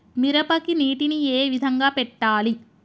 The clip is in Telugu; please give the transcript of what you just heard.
మిరపకి నీటిని ఏ విధంగా పెట్టాలి?